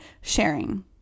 sharing